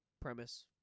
premise